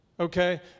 Okay